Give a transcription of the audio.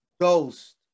Ghost